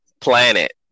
planet